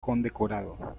condecorado